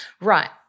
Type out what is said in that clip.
right